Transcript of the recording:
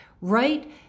Right